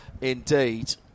indeed